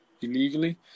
illegally